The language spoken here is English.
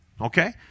okay